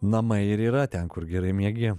namai ir yra ten kur gerai miegi